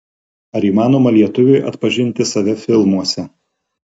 ar įmanoma lietuviui atpažinti save filmuose